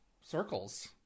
circles